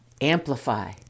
Amplify